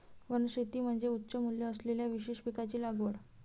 वनशेती म्हणजे उच्च मूल्य असलेल्या विशेष पिकांची लागवड